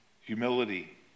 humility